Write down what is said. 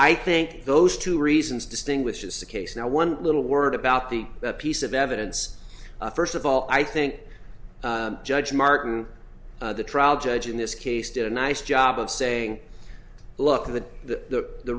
i think those two reasons distinguishes the case now one little word about the piece of evidence first of all i think judge martin the trial judge in this case did a nice job of saying look the the the